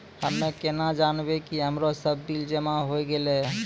हम्मे केना जानबै कि हमरो सब बिल जमा होय गैलै?